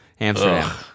amsterdam